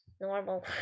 normal